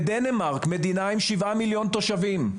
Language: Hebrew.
בדנמרק, מדינה עם שבעה מיליון תושבים,